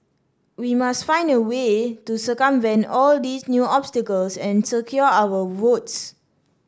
we must find a way to circumvent all these new obstacles and secure our votes